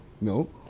No